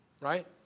Right